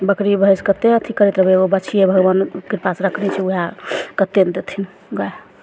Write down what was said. बकरी भैंस कते अथी करैत रहबय एगो बाछिये भगवान कृपासँ रखने छियै ओएह कते ने देथिन गाय